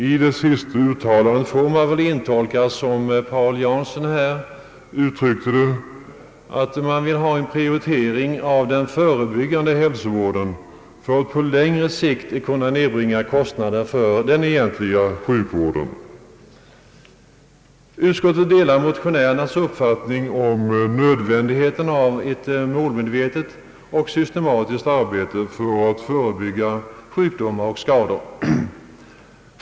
I det sista uttalandet får man väl intolka — som herr Paul Jansson uttryckte det — ett önskemål om en Pprioritering av den förebyggande hälsovården för att på längre sikt kunna nedbringa kostnaderna för den egentliga sjukvården. Utskottet delar motionärernas uppfattning om nödvändigheten av ett målmedvetet och systematiskt arbete för att förebygga sjukdomar och skador.